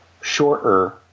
shorter